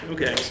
Okay